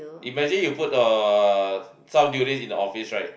imagine you put uh some durian in the office right